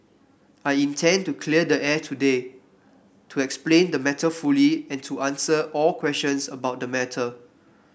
I intend to clear the air today to explain the matter fully and to answer all questions about the matter